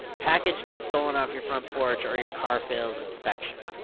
package gets stolen off your front porch, or your car fails inspection.